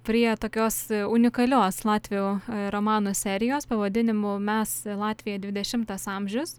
prie tokios unikalios latvių romanų serijos pavadinimu mes latvija dvidešimtas amžius